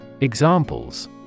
Examples